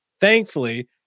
Thankfully